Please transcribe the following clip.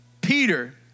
Peter